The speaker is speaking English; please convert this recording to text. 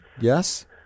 yes